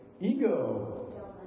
ego